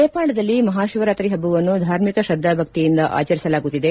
ನೇಪಾಳದಲ್ಲಿ ಮಹಾಶಿವರಾತ್ರಿ ಹಬ್ಬವನ್ನು ಧಾರ್ಮಿಕ ಶ್ರದ್ದಾಭಕ್ತಿಯಿಂದ ಆಚರಿಸಲಾಗುತ್ತಿದೆ